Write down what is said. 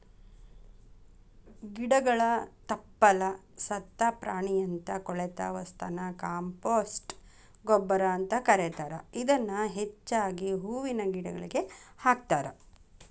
ಗಿಡಗಳ ತಪ್ಪಲ, ಸತ್ತ ಪ್ರಾಣಿಯಂತ ಕೊಳೆತ ವಸ್ತುನ ಕಾಂಪೋಸ್ಟ್ ಗೊಬ್ಬರ ಅಂತ ಕರೇತಾರ, ಇದನ್ನ ಹೆಚ್ಚಾಗಿ ಹೂವಿನ ಗಿಡಗಳಿಗೆ ಹಾಕ್ತಾರ